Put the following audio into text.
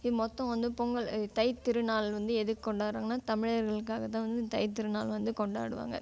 இது மொத்தம் வந்து பொங்கல் இது தைத்திருநாள் வந்து எதுக்கு கொண்டாடுறாங்கனா தமிழர்களுக்காக தான் வந்து தைத்திருநாள் வந்து கொண்டாடுவாங்க